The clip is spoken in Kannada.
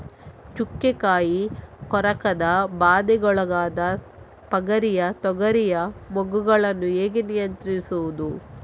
ಚುಕ್ಕೆ ಕಾಯಿ ಕೊರಕದ ಬಾಧೆಗೊಳಗಾದ ಪಗರಿಯ ತೊಗರಿಯ ಮೊಗ್ಗುಗಳನ್ನು ಹೇಗೆ ನಿಯಂತ್ರಿಸುವುದು?